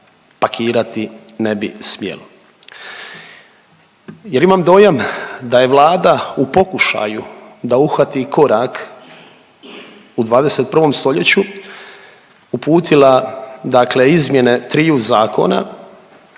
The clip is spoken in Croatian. pakirati ne bi smjelo. Jer imam dojam da je Vlada u pokušaju da uhvati korak u 21. stoljeću, uputila dakle izmjene triju zakona